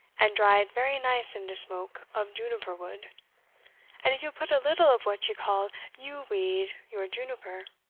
and dried very nice in de shmoke of juniper wood and if you put a little of what you call yew wid your juniper,